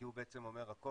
כי הוא בעצם אומר הכול,